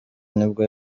nibwo